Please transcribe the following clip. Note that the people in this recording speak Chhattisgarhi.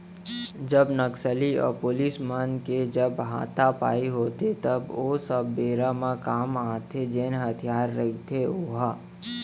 जब नक्सली अऊ पुलिस मन के जब हातापाई होथे त ओ सब बेरा म काम आथे जेन हथियार रहिथे ओहा